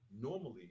normally